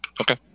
okay